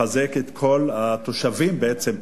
לחזק את כל התושבים, בעצם.